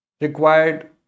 required